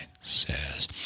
says